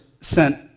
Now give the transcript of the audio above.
sent